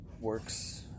works